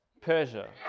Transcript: Persia